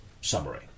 summary